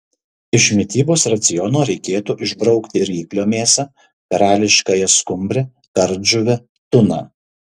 iš mitybos raciono reikėtų išbraukti ryklio mėsą karališkąją skumbrę kardžuvę tuną